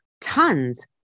tons